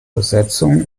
besetzung